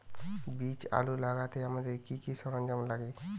বীজ আলু লাগাতে আমাদের কি কি সরঞ্জাম লাগে?